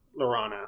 Lorana